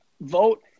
vote